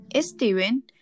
Steven